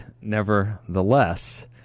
nevertheless